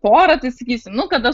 porą tai sakysi nu kada